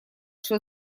что